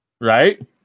Right